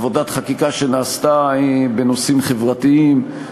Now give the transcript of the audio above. עבודת חקיקה שנעשתה בנושאים חברתיים,